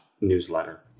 newsletter